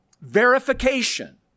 verification